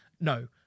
No